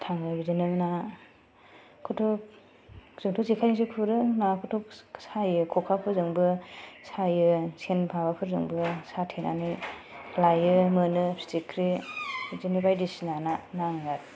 थाङो बिदिनो नाखौथ जोंथ जेखायजोंसो गुरो सायो खखाफोर जोंबो सायो सेन माबा फोरजोंबो साथेनानै लायो मोनो फिथिख्रि बिदिनो बायदि सिना ना नाङो आरो